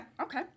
Okay